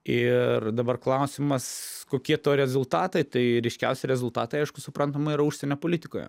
ir dabar klausimas kokie to rezultatai tai ryškiausi rezultatai aišku suprantama yra užsienio politikoje